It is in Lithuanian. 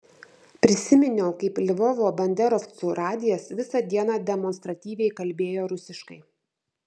prisiminiau kaip lvovo banderovcų radijas visą dieną demonstratyviai kalbėjo rusiškai